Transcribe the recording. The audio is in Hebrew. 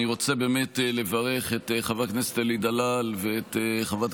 אני רוצה לברך את חבר הכנסת אלי דלל ואת חברת